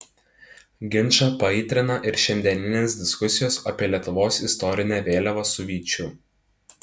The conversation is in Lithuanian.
ginčą paaitrina ir šiandieninės diskusijos apie lietuvos istorinę vėliavą su vyčiu